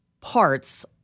parts